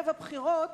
ערב הבחירות,